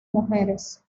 mujeres